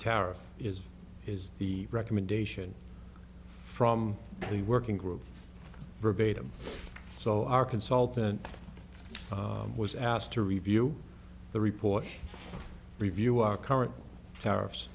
tariff is is the recommendation from the working group verbatim so our consultant was asked to review the report review our current tariffs